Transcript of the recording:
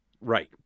Right